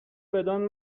بدان